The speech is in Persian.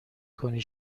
کنی